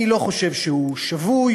אני לא חושב שהוא שבוי,